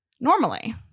normally